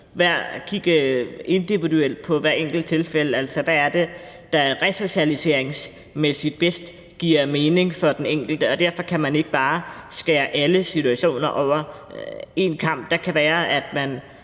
kigge individuelt på hvert enkelt tilfælde, altså hvad det er, der resocialiseringsmæssigt giver bedst mening for den enkelte. Man kan ikke bare skære alle situationer over én kam. Det kan være, at man